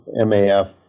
MAF